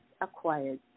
acquired